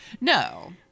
No